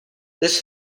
this